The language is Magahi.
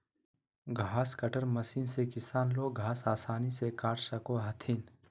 घास कट्टर मशीन से किसान लोग घास आसानी से काट सको हथिन